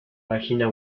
página